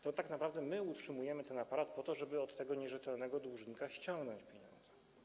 Tak naprawdę my utrzymujemy ten aparat, żeby od tego nierzetelnego dłużnika ściągnąć pieniądze.